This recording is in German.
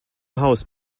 haus